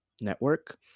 network